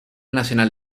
nacional